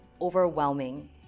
overwhelming